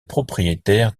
propriétaire